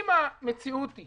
אם המציאות היא